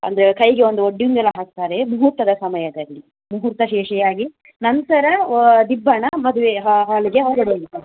ಅಂದರೆ ಕೈಗೆ ಒಂದು ಒಡ್ಯುಂಗುರ ಹಾಕ್ತಾರೆ ಮುಹೂರ್ತದ ಸಮಯದಲ್ಲಿ ಮುಹೂರ್ತ ಶೇಷೆಯಾಗಿ ನಂತರ ದಿಬ್ಬಣ ಮದುವೆಯ ಹಾಲ್ಗೆ ಹೊರಡುವಂಥದ್ದು